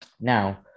Now